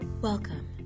Welcome